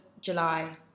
July